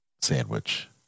sandwich